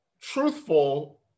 truthful